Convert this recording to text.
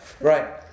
Right